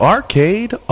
Arcade